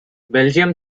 belgium